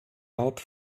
art